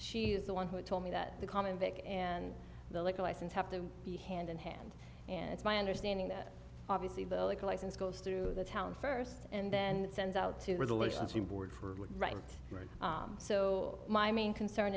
is the one who told me that the comic and the liquor license have to be hand in hand and it's my understanding that obviously the liquor license goes through the town first and then sends out to relations the board for one right so my main concern